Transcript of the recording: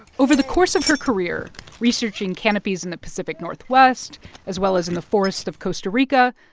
over the course of her career researching canopies in the pacific northwest as well as in the forests of costa rica,